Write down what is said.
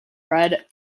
fred